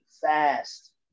fast